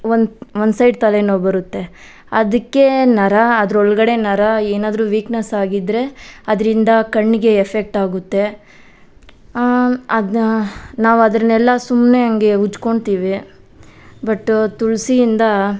ಒಂದು ಒಂದು ಸೈಡ್ ತಲೆನೋವು ಬರುತ್ತೆ ಅದಕ್ಕೆ ನರ ಅದ್ರೊಳ್ಗಡೆ ನರ ಏನಾದರೂ ವೀಕ್ನೆಸ್ ಆಗಿದ್ದರೆ ಅದರಿಂದ ಕಣ್ಣಿಗೆ ಎಫೆಕ್ಟ್ ಆಗುತ್ತೆ ಅದನ್ನ ನಾವು ಅದ್ನೆಲ್ಲ ಸುಮ್ಮನೆ ಹಾಗೆ ಉಜ್ಕೊತೀವಿ ಬಟ್ ತುಳಸಿಯಿಂದ